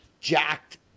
jacked